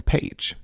Page